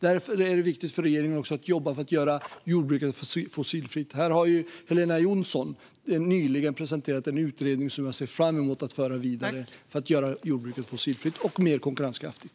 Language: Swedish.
Därför är det viktigt för regeringen att jobba för att göra jordbruket fossilfritt. Helena Jonsson har nyligen presenterat en utredning som jag ser fram emot att föra vidare för att göra jordbruket fossilfritt och mer konkurrenskraftigt.